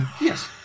Yes